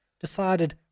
decided